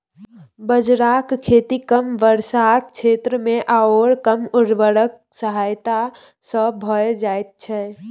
बाजराक खेती कम वर्षाक क्षेत्रमे आओर कम उर्वरकक सहायता सँ भए जाइत छै